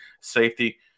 safety